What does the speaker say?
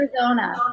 Arizona